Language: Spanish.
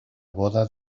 boda